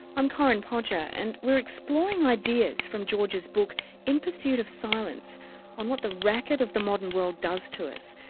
i'm corinne podger and we are exploring ideas from george's book in pursuit of silence on what the racket of the modern world does to us.